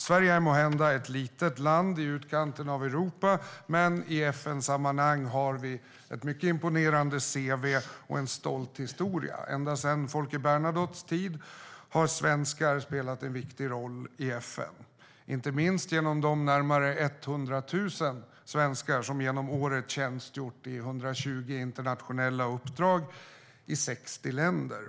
Sverige är måhända ett litet land i utkanten av Europa, men i FN-sammanhang har vi ett mycket imponerande cv och en stolt historia. Ända sedan Folke Bernadottes tid har svenskar spelat en viktig roll i FN, inte minst genom de närmare 100 000 svenskar som under året har tjänstgjort i 120 internationella uppdrag i 60 länder.